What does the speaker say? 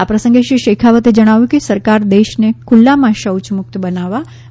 આ પ્રસંગે શ્રી શેખાવતે જણાવ્યું કે સરકાર દેશને ખુલ્લામાં શૌચ મુક્ત બનાવવા વયનબધ્ધ છે